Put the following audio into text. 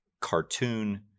cartoon